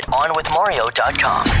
onwithmario.com